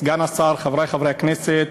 סגן השר, חברי חברי הכנסת,